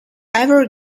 ever